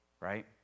Right